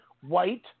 White